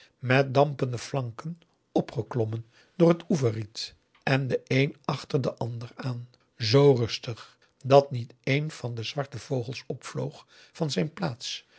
met dampende flanken opgeklommen door het oeverriet en de een achter augusta de wit orpheus in de dessa den ander aan zoo rustig dat niet éen van de zwarte vogels opvloog van zijn plaats